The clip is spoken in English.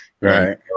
Right